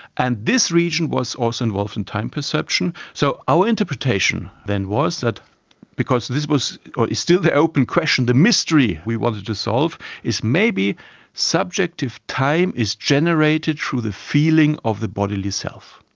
and this region was also involved in time perception. so our interpretation then was that because this was still the open question, the mystery we wanted to solve is maybe subjective time is generated through the feeling of the bodily self.